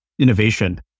innovation